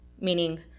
meaning